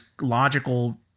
logical